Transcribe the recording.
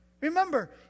Remember